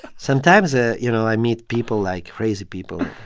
sometimes, ah you know, i meet people like, crazy people.